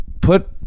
put